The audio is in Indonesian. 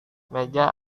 meja